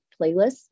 playlists